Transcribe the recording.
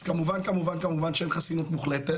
אז כמובן כמובן כמובן שאין חסינות מוחלטת